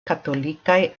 katolikaj